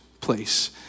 place